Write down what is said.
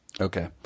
Okay